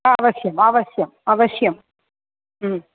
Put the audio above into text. अवश्यम् अवश्यम् अवश्यं